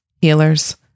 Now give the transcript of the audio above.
healers